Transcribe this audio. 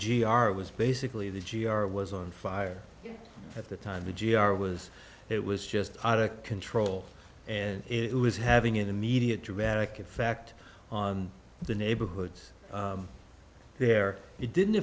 g r was basically the g r was on fire at the time the g r was it was just out of control and it was having an immediate dramatic effect on the neighborhoods there it didn't